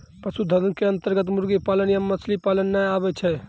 पशुधन के अन्तर्गत मुर्गी पालन या मछली पालन नाय आबै छै